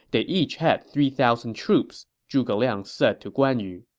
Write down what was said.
they each had three thousand troops, zhuge liang said to guan yu.